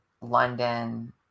London